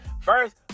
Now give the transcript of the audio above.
First